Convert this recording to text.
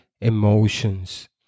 emotions